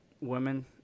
women